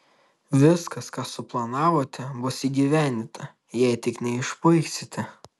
viskas ką suplanavote bus įgyvendinta jei tik neišpuiksite